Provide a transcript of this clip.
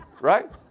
right